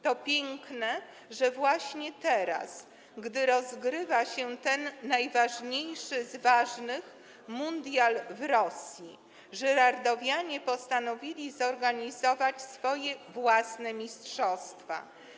To piękne, że właśnie teraz, gdy rozgrywa się ten najważniejszy z ważnych mundial w Rosji, żyrardowianie postanowili zorganizować swoje własne mistrzostwa.